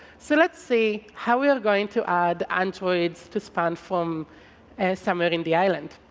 so let's see how we are going to add androids to span from somewhere in the island.